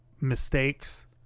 mistakes